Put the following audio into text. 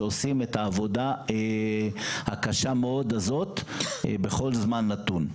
שעושים את העבודה הקשה מאוד הזאת בכל זמן נתון.